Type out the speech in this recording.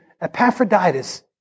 Epaphroditus